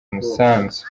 umusanzu